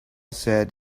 said